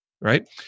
right